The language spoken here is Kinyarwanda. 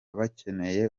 bakeneye